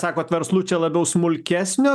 sakot verslu čia labiau smulkesnio